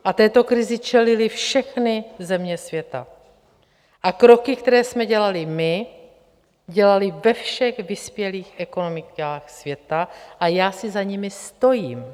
A této krizi čelily všechny země světa a kroky, které jsme dělali my, dělali ve všech vyspělých ekonomikách světa a já si za nimi stojím.